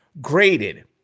graded